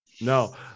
No